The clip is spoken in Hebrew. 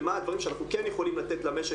ומה הדברים שאנחנו כן יכולים לתת למשק.